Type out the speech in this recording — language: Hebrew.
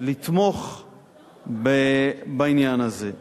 לתמוך בעניין הזה.